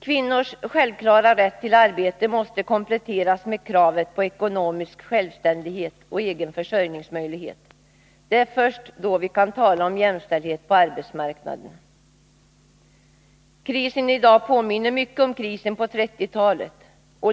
Kvinnors självklara rätt till arbete måste kompletteras med kravet på ekonomisk självständighet och egen försörjarmöjlighet. Det är först då vi kan tala om jämställdhet på arbetsmarknaden. Krisen i dag påminner mycket om krisen på 1930-talet.